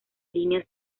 líneas